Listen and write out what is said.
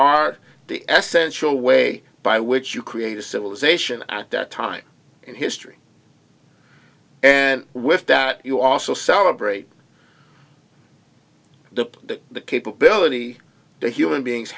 are the essentials the way by which you create a civilization at that time in history and with that you also celebrate the capability that human beings